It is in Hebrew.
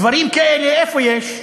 דברים כאלה איפה יש?